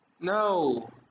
No